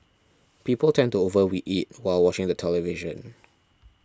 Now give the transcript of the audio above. people tend to over eat while watching the television